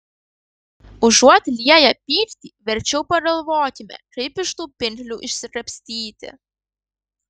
užuot lieję pyktį verčiau pagalvokime kaip iš tų pinklių išsikapstyti